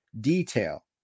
detail